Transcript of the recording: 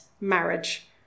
marriage